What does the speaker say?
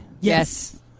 Yes